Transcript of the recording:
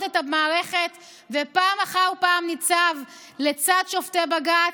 את המערכת ופעם אחר פעם ניצב לצד שופטי בג"ץ,